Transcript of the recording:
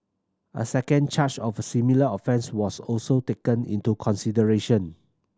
a second charge of similar offence was also taken into consideration